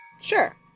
Sure